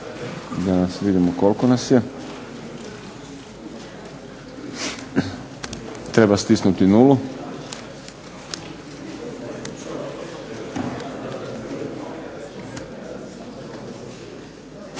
se vidi koliko nas je. Treba stisnuti nulu.